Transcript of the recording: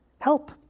help